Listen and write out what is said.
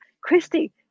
Christy